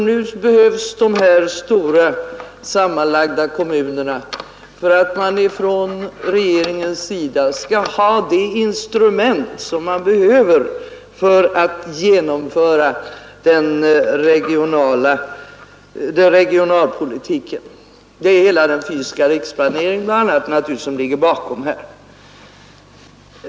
Nu behövs de stora sammanlagda kommunerna som instrument för rege ringen för att genomföra regionalpolitiken. Det är naturligtvis bl.a. den fysiska riksplaneringen som ligger bakom.